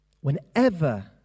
whenever